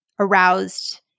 aroused